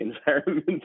environment